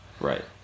Right